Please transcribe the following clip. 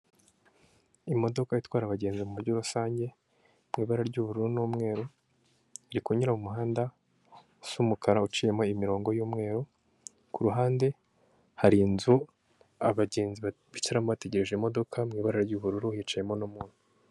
Imodoka itwara abagenzi mu buryo rusange mu ibara ry'ubururu n'umweru, iri kunyura mu muhanda usa umukara uciyemo imirongo y'umweru, ku ruhande hari inzu abagenzi bicaramo bategereje imodoka mu ibara ry'ubururu, hicayemo n'umuntu.